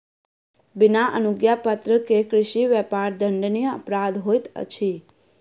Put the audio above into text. बिना अनुज्ञापत्र के कृषि व्यापार दंडनीय अपराध होइत अछि